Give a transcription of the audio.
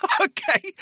Okay